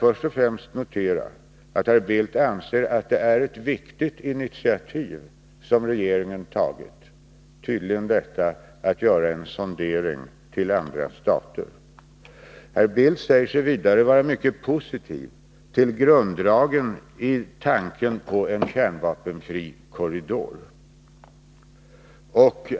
Först och främst vill jag notera att herr Bildt anser att det är ett viktigt initiativ som regeringen tagit genom att göra en sondering i andra stater. Herr Bildt säger vidare att han är mycket positiv till en kärnvapenfri korridor.